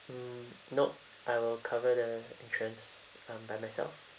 mm nope I will cover the entrance um by myself